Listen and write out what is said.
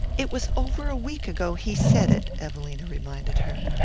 it was over a week ago he said it, evelina reminded her.